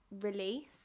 release